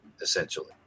essentially